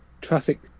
traffic